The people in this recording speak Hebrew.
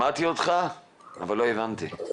שמעתי אותך אבל לא הבנתי.